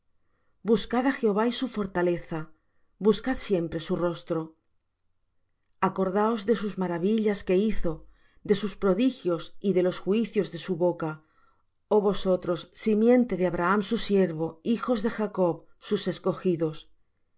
buscad á jehová y su fortaleza buscad siempre su rostro acordaos de sus maravillas que hizo de sus prodigios y de los juicios de su boca oh vosotros simiente de abraham su siervo hijos de jacob sus escogidos